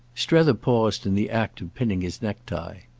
strether paused in the act of pinning his necktie.